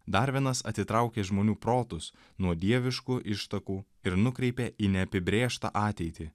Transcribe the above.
darvinas atitraukė žmonių protus nuo dieviškų ištakų ir nukreipė į neapibrėžtą ateitį